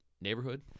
neighborhood